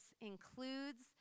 includes